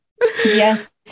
Yes